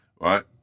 right